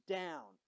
down